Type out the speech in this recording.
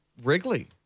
Wrigley